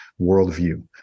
worldview